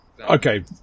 Okay